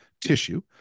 tissue